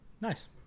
Nice